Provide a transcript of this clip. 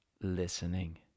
listening